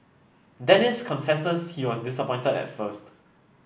dennis confesses he was disappointed at first